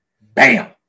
bam